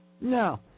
No